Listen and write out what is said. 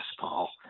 Paul